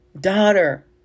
daughter